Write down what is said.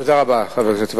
תודה רבה, חבר הכנסת.